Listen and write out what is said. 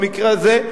במקרה הזה,